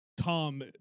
Tom